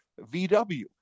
VW